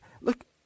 look